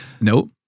Nope